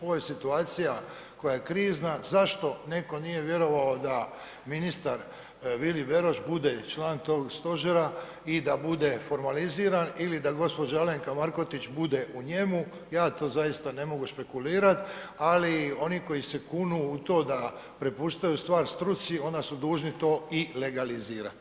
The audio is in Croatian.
Ovo je situacija koja je krizna, zašto neko nije vjerovao da ministar Vili Beroš bude član tog stožera i da bude formaliziran ili da gospođa Alemka Markotić bude u njemu ja to zaista ne mogu špekulirat, ali oni koji se kunu u to da prepuštaju stvar struci onda su dužni to i legalizirat.